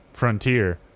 Frontier